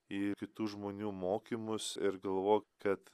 į kitų žmonių mokymus ir galvo kad